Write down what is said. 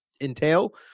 entail